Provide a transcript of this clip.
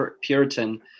Puritan